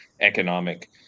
economic